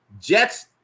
Jets